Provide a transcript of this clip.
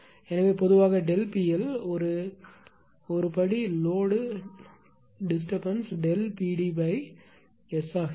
எனவே பொதுவாக PL ஒரு படி லோடு தொந்தரவு PdS ஆக இருக்கும்